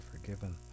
forgiven